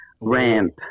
ramp